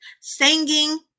Singing